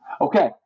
Okay